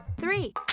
Three